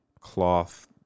cloth